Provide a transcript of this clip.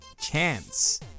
chance